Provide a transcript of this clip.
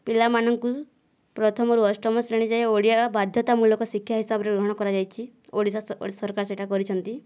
ପିଲାମାନଙ୍କୁ ପ୍ରଥମରୁ ଅଷ୍ଟମ ଶ୍ରେଣୀ ଯାଏଁ ଓଡ଼ିଆ ବାଧ୍ୟତାମୂଳକ ଶିକ୍ଷା ହିସାବରେ ଗ୍ରହଣ କରାଯାଇଛି ଓଡ଼ିଶା ଓଡ଼ିଶା ସରକାର ସେହିଟା କରିଛନ୍ତି